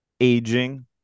aging